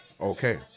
okay